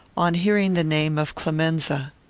on hearing the name of clemenza.